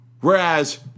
whereas